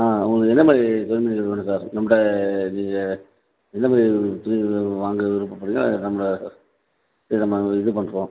ஆ உங்களுக்கு என்ன மாதிரி துணிமணிகள் வேணும் சார் நம்மட்ட நீங்கள் எந்த மாதிரி துணி வாங்க விருப்பப்படுறீங்களோ நம்மட்ட இது பண்ணுறோம்